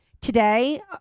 today